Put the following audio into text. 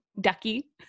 ducky